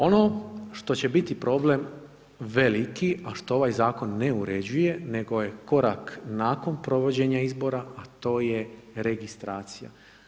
Ono što će biti problem veliki, a što ovaj zakon ne uređuje, nego je korak nakon provođenja izbora, a to je registracija.